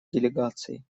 делегаций